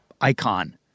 icon